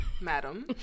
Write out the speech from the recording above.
madam